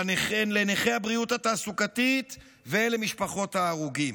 לנכים בתחום הבריאות התעסוקתית ולמשפחות ההרוגים.